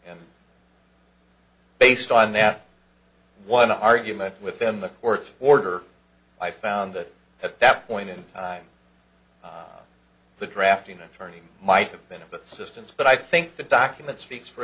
and based on that one argument within the court's order i found that at that point in time the drafting attorney might have been of assistance but i think the document